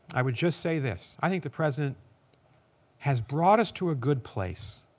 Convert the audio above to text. i would just say this. i think the president has brought us to a good place.